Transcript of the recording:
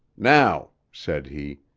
now, said he,